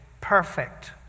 perfect